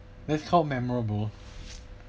this so memorable